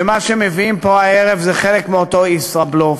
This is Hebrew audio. ומה שמביאים פה הערב זה חלק מאותו ישראבלוף.